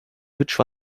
which